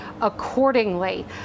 accordingly